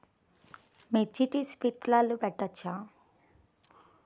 మిర్చికి స్ప్రింక్లర్లు పెట్టవచ్చా?